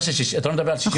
אתה לא מדבר על 61?